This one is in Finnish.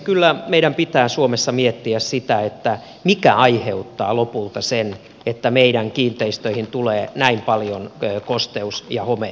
kyllä meidän pitää suomessa miettiä sitä mikä aiheuttaa lopulta sen että meidän kiinteistöihimme tulee näin paljon kosteus ja homeongelmia